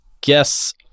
guess